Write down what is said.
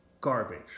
garbage